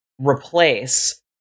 replace